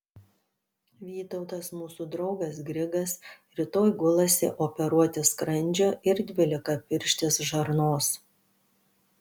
vytautas mūsų draugas grigas rytoj gulasi operuoti skrandžio ir dvylikapirštės žarnos